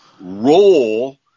role